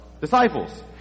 disciples